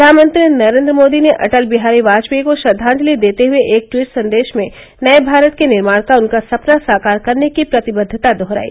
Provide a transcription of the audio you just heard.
प्रधानमंत्री नरेन्द्र मोदी ने अटल बिहारी वाजपेयी को श्रद्वांजलि देते हुए एक ट्वीट संदेश में नये भारत के निर्माण का उनका सपना साकार करने की प्रतिबद्वता दोहराई